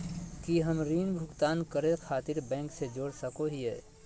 की हम ऋण भुगतान करे खातिर बैंक से जोड़ सको हियै?